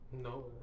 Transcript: No